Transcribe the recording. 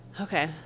okay